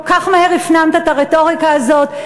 כל כך מהר הפנמת את הרטוריקה הזאת?